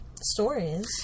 stories